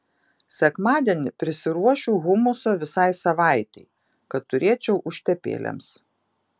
sekmadienį prisiruošiu humuso visai savaitei kad turėčiau užtepėlėms